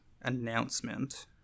announcement